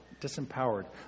disempowered